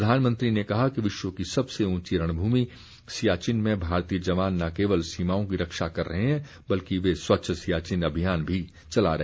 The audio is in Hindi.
प्रधानमंत्री ने कहा कि विश्व की सबसे ऊंची रणभूमि सियाचीन में भारतीय जवान न केवल सीमाओं की रक्षा कर रहे हैं बल्कि वे स्वच्छ सियाचीन अभियान भी चला रहे हैं